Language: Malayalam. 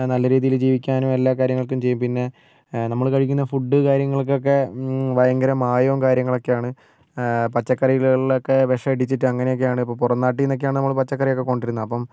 നല്ല രീതിയിൽ ജീവിക്കാനും എല്ലാ കാര്യങ്ങൾക്കും ചെയ്യും പിന്നെ നമ്മൾ കഴിക്കുന്ന ഫുഡ് കാര്യങ്ങൾക്കൊക്കെ ഭയങ്കര മായവും കാര്യങ്ങളൊക്കെയാണ് പച്ചക്കറികളിലൊക്കെ വിഷം അടിച്ചിട്ട് അങ്ങനെ ഒക്കെയാണ് അപ്പം പുറം നാട്ടിൽ നിന്നൊക്കെയാണ് നമ്മൾ പച്ചക്കറിയൊക്കെ കൊണ്ട് വരുന്നത് അപ്പം